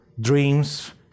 dreams